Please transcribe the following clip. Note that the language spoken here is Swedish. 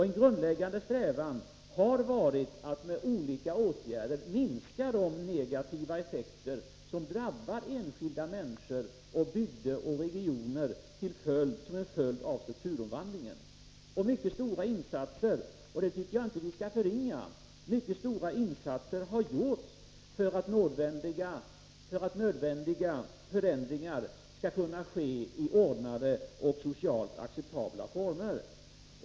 En grundläggande strävan har varit att med olika åtgärder minska de negativa effekter som drabbar enskilda människor, bygder och regioner som en följd av strukturomvandlingen. Mycket stora insatser — och dem tycker jag inte att vi skall förringa — har gjorts för att nödvändiga förändringar skall kunna ske i ordnade och socialt acceptabla former.